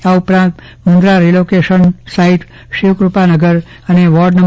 આ ઉપરાંત Mundra relocation site શિવૃકપાનગર અને વોર્ડ નં